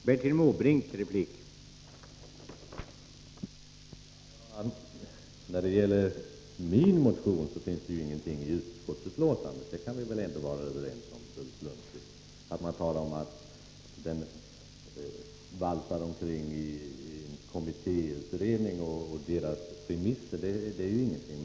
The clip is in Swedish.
Herr talman! Om min motion står det ingenting i utskottsbetänkandet — det kan vi väl ändå vara överens om, Ulf Lönnqvist. Att man talar om att den valsar omkring i ett kommittébetänkande och i remissbehandlingen av det är juingenting.